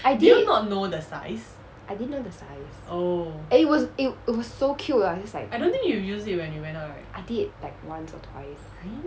I did I didn't know the size and it was it was so cute lah I just like I did like once or twice